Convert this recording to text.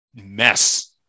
mess